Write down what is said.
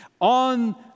On